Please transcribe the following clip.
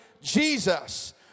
Jesus